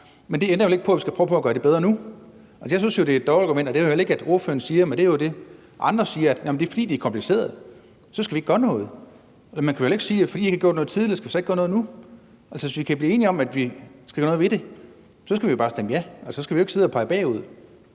men det ændrer vel ikke på, at vi skal prøve på at gøre det bedre nu? Altså, jeg synes jo, det er et dårligt argument, og det hører jeg heller ikke ordføreren sige, men det er jo det, andre siger, altså at det er, fordi det er kompliceret, at vi ikke skal gøre noget. Man kan jo heller ikke sige, at fordi der ikke er gjort noget tidligere, skal vi ikke gøre noget nu. Altså, hvis vi kan blive enige om, at vi skal gøre noget ved det, skal vi bare stemme ja. Så skal vi jo ikke sidde og pege bagud.